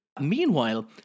Meanwhile